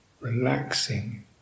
relaxing